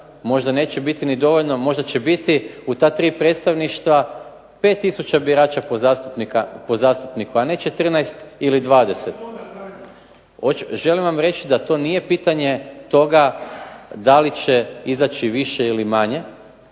možda neće biti ni dovoljno, možda će biti u ta tri predstavništva 5 tisuća birača po zastupniku, a ne 14 ili 20. Želim vam reći da to nije pitanje toga da li će izaći više ili manje,